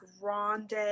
Grande